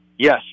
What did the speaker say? yes